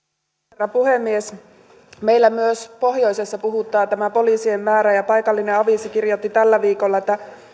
herra puhemies myös meillä pohjoisessa puhuttaa tämä poliisien määrä paikallinen aviisi kirjoitti tällä viikolla että